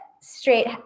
straight